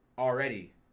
already